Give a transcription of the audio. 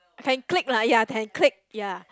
can click lah ya can click ya